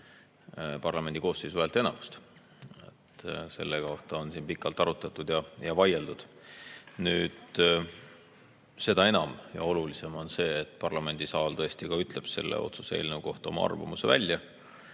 parlamendi koosseisu häälteenamust. Selle üle on siin pikalt arutatud ja vaieldud. Seda enam ja olulisem on see, et parlamendisaal tõesti ka ütleb selle otsuse eelnõu kohta oma arvamuse välja.